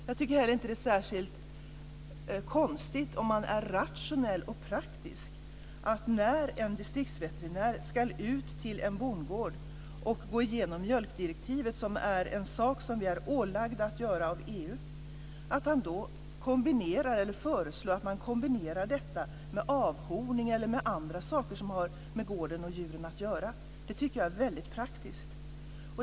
Jag tycker inte heller att det är särskilt konstigt om man är rationell och praktisk, så att en distriktsveterinär när han eller hon ska ut till en bondgård och gå igenom mjölkdirektivet, som är en sak som vi är ålagda av EU att göra, föreslår att man kombinerar detta med avhorning eller andra saker som har med gården och djuren att göra. Det tycker jag är väldigt praktiskt.